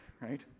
Right